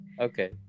Okay